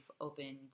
opened